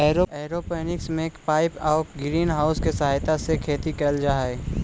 aeroponics में pipe आउ green house के सहायता से खेती कैल जा हइ